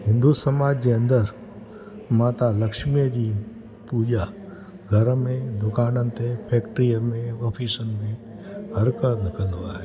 हिंदु समाज जे अंदरि माता लक्ष्मीअ जी पूॼा घर में दुकाननि ते फैक्ट्रीअ में ऑफ़िसनि में हर को न कंदो आहे